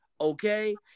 Okay